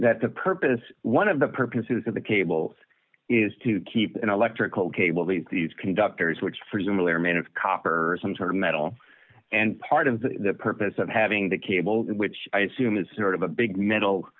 that the purpose one of the purposes of the cable is to keep an electrical cable these these conductors which presumably are made of copper some sort of metal and part of the purpose of having the cable which i assume is sort of a big metal